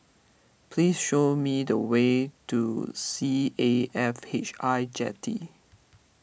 please show me the way to C A F H I Jetty